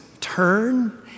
turn